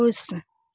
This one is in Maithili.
खुश